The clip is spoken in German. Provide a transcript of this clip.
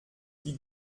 die